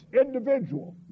individual